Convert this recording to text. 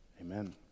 Amen